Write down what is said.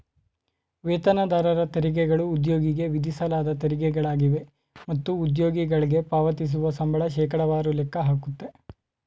ವೇತನದಾರರ ತೆರಿಗೆಗಳು ಉದ್ಯೋಗಿಗೆ ವಿಧಿಸಲಾದ ತೆರಿಗೆಗಳಾಗಿವೆ ಮತ್ತು ಉದ್ಯೋಗಿಗಳ್ಗೆ ಪಾವತಿಸುವ ಸಂಬಳ ಶೇಕಡವಾರು ಲೆಕ್ಕ ಹಾಕುತ್ತೆ